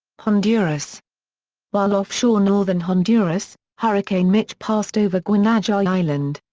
honduras while offshore northern honduras, hurricane mitch passed over guanaja island.